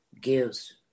gives